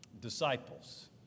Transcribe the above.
disciples